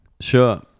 Sure